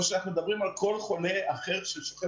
או שאנחנו מדברים על כל חולה אחר ששוכב